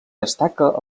destaca